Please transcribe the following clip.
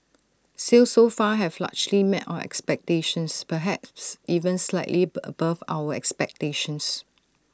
sales so far have largely met our expectations perhaps even slightly bur above our expectations